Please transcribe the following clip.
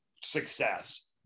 success